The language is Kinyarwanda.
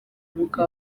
umwuka